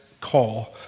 call